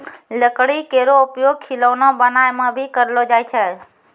लकड़ी केरो उपयोग खिलौना बनाय म भी करलो जाय छै